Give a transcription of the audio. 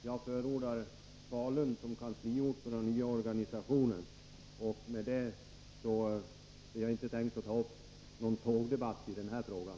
Herr talman! Jag vill bara kort säga till Karl Boo, att jag förordar Falun som kansliort för den nya organisationen. Med detta har jag inte tänkt ta upp någon tågdebatt i den här frågan.